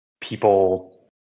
people